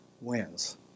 wins